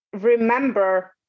remember